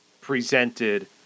presented